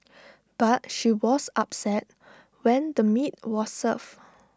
but she was upset when the meat was served